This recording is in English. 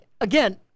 again